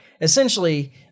essentially